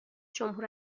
جمهور